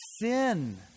sin